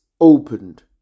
opened